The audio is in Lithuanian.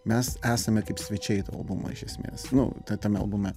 mes esame kaip svečiai to albumo iš esmės nu tai tame albume